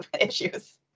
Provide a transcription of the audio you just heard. issues